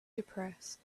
depressed